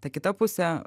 ta kita pusė